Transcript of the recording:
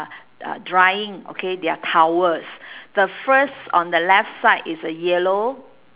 uh uh drying okay their towels the first on the left side is a yellow